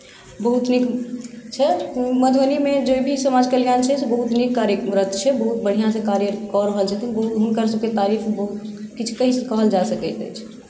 बहुत नीक छै मधुबनीमे जे भी समाज कल्याण छै से बहुत नीक कार्यरत छै बहुत बढ़िआँसँ कार्य कऽ रहल छथिन हुनकरसभके तारीफ बहुत किछु कहल जा सकैत अछि